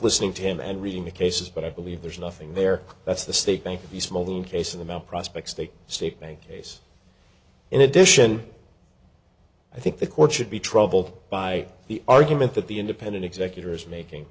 listening to him and reading the cases but i believe there's nothing there that's the state bank of the small the case of the mt prospects the state bank case in addition i think the court should be troubled by the argument that the independent executors making